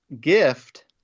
gift